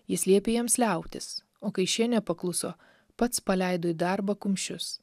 jis liepė jiems liautis o kai šie nepakluso pats paleido į darbą kumščius